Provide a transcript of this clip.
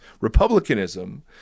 Republicanism